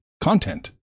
content